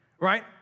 right